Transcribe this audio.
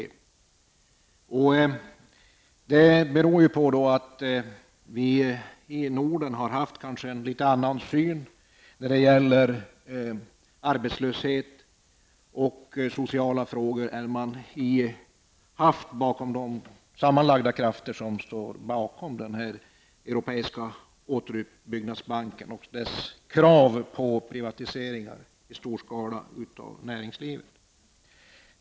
Det beror på att vi i Norden har haft en något annan syn på arbetslöshet och sociala frågor än de krafter som står bakom denna europeiska återuppbyggnadsbank och deras krav på privatiseringar i stor skala av näringslivet.